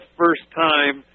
first-time